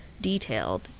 detailed